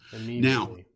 now